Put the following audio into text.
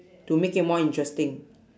to make it more interesting